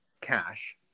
cash